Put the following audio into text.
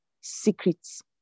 secrets